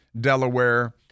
Delaware